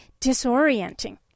disorienting